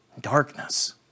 darkness